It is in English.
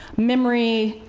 memory,